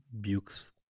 Bukes